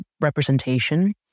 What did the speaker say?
representation